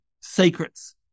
secrets